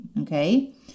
okay